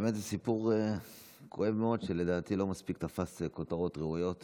באמת זה סיפור כואב מאוד שלדעתי לא מספיק תפס כותרות ראויות